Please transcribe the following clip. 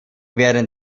werden